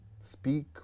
speak